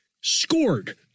scored